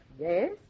Yes